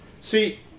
See